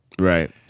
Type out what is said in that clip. Right